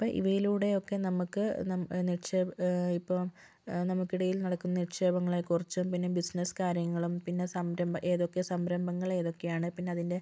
അപ്പോൾ ഇവയിലൂടെയൊക്കെ നമുക്ക് നം നിക്ഷേപ ഇപ്പോൾ നമുക്കിടയിൽ നടക്കുന്ന നിക്ഷേപങ്ങളെ കുറിച്ചും പിന്നെ ബിസിനസ് കാര്യങ്ങളും പിന്നെ സംരംഭ ഏതൊക്കെ സംരംഭങ്ങൾ ഏതൊക്കെയാണ് പിന്നതിൻ്റെ